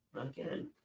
again